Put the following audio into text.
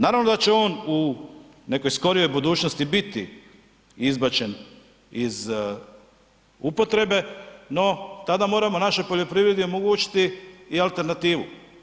Naravno da će on u nekoj skorijoj budućnosti biti izbačen iz upotreba, no tada moramo našoj poljoprivredi omogućiti i alternativu.